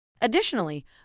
Additionally